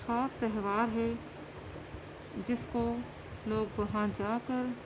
خاص تہوار ہے جس کو لوگ وہاں جا کر